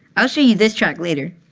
i'll show you this track later.